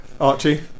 Archie